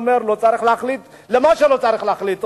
בא ואומר: לא צריך להחליט מה שלא צריך להחליט.